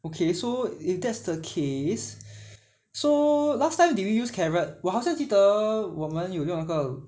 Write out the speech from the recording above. okay so if that's the case so last time do you use carrot 我好像记得我们有用那个